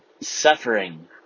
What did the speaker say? Suffering